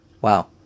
Wow